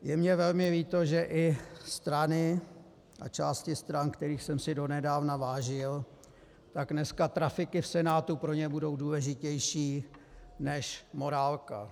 Je mi velmi líto, že i strany a části stran, kterých jsem si donedávna vážil, tak dneska trafiky v Senátu pro ně budou důležitější než morálka.